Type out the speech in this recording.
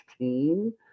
16